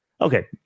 Okay